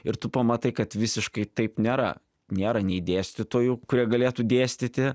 ir tu pamatai kad visiškai taip nėra nėra nei dėstytojų kurie galėtų dėstyti